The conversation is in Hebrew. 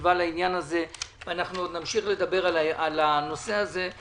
שנלווה לעניין הזה ואנחנו עוד נמשיך לדבר על הנושא הזה.